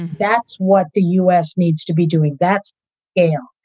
that's what the us needs to be doing. that's al.